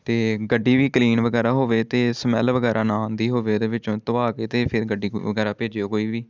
ਅਤੇ ਗੱਡੀ ਵੀ ਕਲੀਨ ਵਗੈਰਾ ਹੋਵੇ ਅਤੇ ਸਮੈੱਲ ਵਗੈਰਾ ਨਾ ਆਉਂਦੀ ਹੋਵੇ ਇਹਦੇ ਵਿੱਚੋਂ ਧਵਾ ਕੇ ਤਾਂ ਫਿਰ ਗੱਡੀ ਵਗੈਰਾ ਭੇਜਿਓ ਕੋਈ ਵੀ